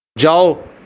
ਜਾਓ